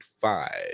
five